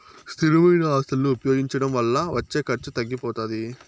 స్థిరమైన ఆస్తులను ఉపయోగించడం వల్ల వచ్చే ఖర్చు తగ్గిపోతాది